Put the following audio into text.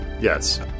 Yes